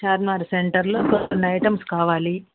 చార్మినార్ సెంటర్లో కొన్ని ఐటమ్స్ కావాలి